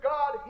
God